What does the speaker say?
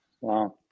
wow